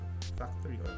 factory